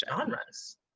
genres